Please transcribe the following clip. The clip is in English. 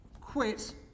quit